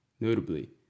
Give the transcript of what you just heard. Notably